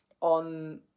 on